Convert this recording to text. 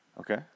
Okay